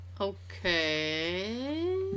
Okay